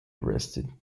arrested